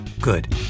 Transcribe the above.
Good